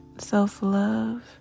self-love